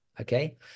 okay